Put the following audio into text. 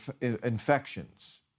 infections